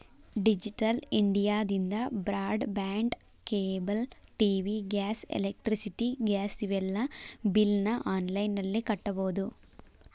digital ಇಂಡಿಯಾದಿಂದ broadband cable TV gas electricity gas ಇವೆಲ್ಲಾ ಬಿಲ್ನ ಆನ್ಲೈನ್ ನಲ್ಲಿ ಕಟ್ಟಬೊದು